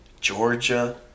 Georgia